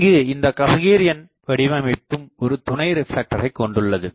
இங்கு இந்த கஸக்ரேயன் வடிவமைப்பும் ஒரு துணை ரிப்லெக்டரை கொண்டுள்ளது